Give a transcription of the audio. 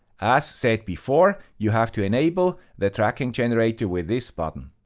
as said before, you have to enable the tracking generator with this button.